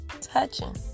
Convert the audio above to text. touching